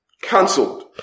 cancelled